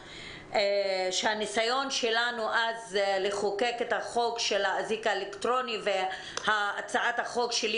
חבל שהניסיון שלנו אז לחוקק את החוק של האזיק האלקטרוני הצעת החוק שלי,